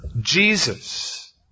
Jesus